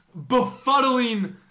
befuddling